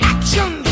Action